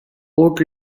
port